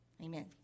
Amen